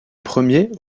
premiers